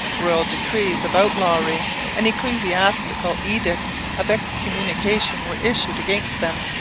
royal decrees of outlawry and ecclesiastical edicts of excommunication were issued against them.